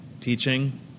teaching